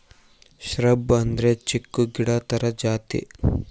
shrub ಅಂದ್ರೆ ಚಿಕ್ಕು ಗಿಡ ತರ ಜಾತಿ